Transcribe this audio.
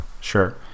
sure